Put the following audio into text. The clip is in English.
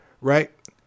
right